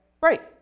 Right